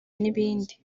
n’ibindi